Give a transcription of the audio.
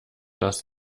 das